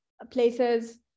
Places